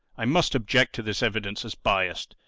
i must object to this evidence as biased.